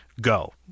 go